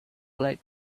light